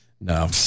No